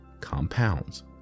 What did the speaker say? compounds